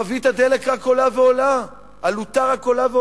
חבית הדלק רק עולה ועולה, עלותה רק עולה ועולה.